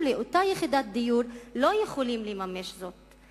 לאותה יחידת דיור לא יכולים לממש זאת.